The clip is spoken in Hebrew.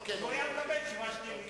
כי הוא היה מקבל תשובה שלילית.